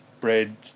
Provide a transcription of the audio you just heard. bread